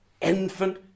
infant